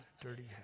Dirty